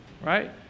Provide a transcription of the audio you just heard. right